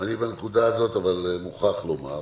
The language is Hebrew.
בנקודה הזאת אני מוכרח לומר,